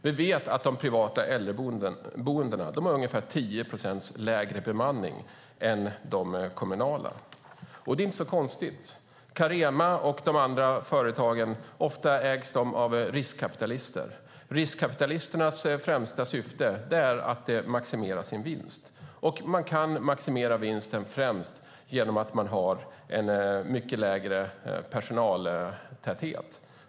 Vi vet att de privata äldreboendena har ungefär 10 procents lägre bemanning än de kommunala. Det är inte så konstigt. Carema och de andra företagen ägs ofta av riskkapitalister. Deras främsta syfte är att maximera sin vinst, och det gör man främst genom att ha en lägre personaltäthet.